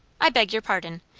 i beg your pardon.